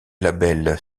labels